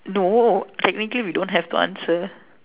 no technically we don't have to answer